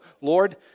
Lord